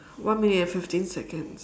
one minute and fifteen seconds